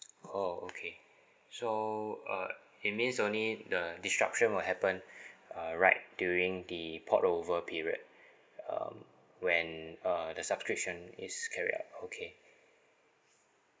oh okay so uh it means only the disruption will happen uh right during the pod over period um when uh the subscription is carried out okay